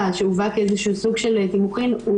שהובא כאיזשהו סוג של תימוכין,